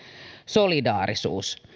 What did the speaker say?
solidaarisuuden